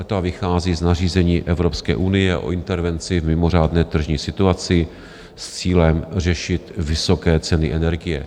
Ta vychází z nařízení Evropské unie o intervenci v mimořádné tržní situaci s cílem řešit vysoké ceny energie.